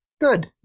Good